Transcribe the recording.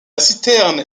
citerne